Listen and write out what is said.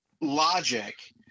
logic